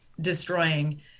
destroying